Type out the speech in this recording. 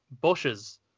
bushes